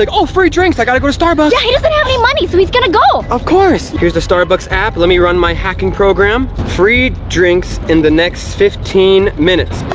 like oh, free drinks! i gotta go to starbucks! yeah, he doesn't have any money, so he's gonna go! of course! here's the starbucks app, let me run my hacking program. free drinks in the next fifteen minutes.